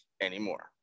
anymore